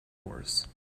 horse